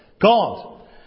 God